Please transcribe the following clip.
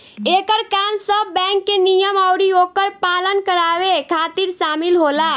एकर काम सब बैंक के नियम अउरी ओकर पालन करावे खातिर शामिल होला